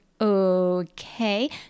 okay